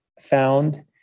found